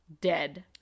dead